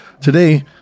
Today